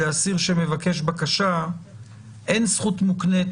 לאסיר שמבקש בקשה אין זכות מוקנית